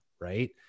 Right